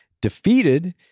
defeated